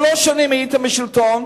שלוש שנים הייתם בשלטון,